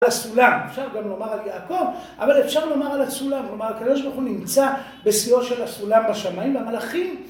על הסולם, אפשר גם לומר על יעקב אבל אפשר לומר על הסולם, כלומר הקב"ה נמצא בשיאו של הסולם בשמיים והמלאכים